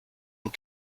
and